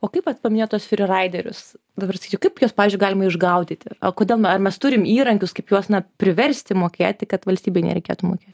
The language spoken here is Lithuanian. o kaip vat paminėjot tuos friraiderius dabar sasysiu kaip juos pavyzdžiui galima išgaudyti o koda ar mes turime įrankius kaip juos na priversti mokėti kad valstybei nereikėtų mokėt